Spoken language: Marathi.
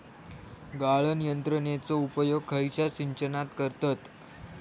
गाळण यंत्रनेचो उपयोग खयच्या सिंचनात करतत?